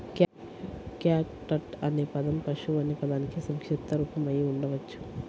catgut అనే పదం పశువు అనే పదానికి సంక్షిప్త రూపం అయి ఉండవచ్చు